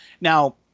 Now